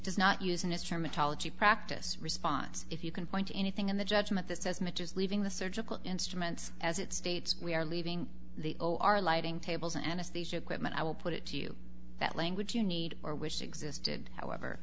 does not use in his terminology practice response if you can point to anything in the judgment that's as much as leaving the surgical instruments as it states we are leaving the o r lighting tables and anesthesia equipment i will put it to you that language you need or wish existed however